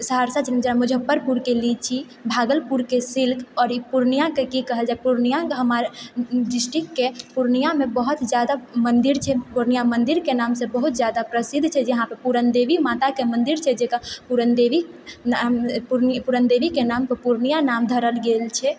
सहरसा मुजफ्फरपुरके लीची भागलपुरके सिल्क आओर ई पूर्णियाके की कहल जाय पूर्णिया हमर डिस्ट्रिक्टके पूर्णियामे बहुत जादा मन्दिर छै पूर्णिया मन्दिरके नाम से बहुत जादा प्रसिद्ध छै यहाँ पर पूरणदेवी माताके मन्दिर छै जकरा पूरणदेवी पूरणदेवीके नाम पर पूर्णिया नाम धरल गेल छै